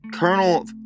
Colonel